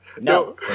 No